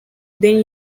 then